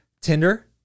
Tinder